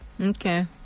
okay